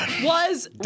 was-